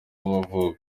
y’amavuko